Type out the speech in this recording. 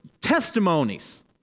testimonies